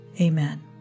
Amen